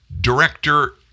director